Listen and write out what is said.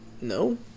No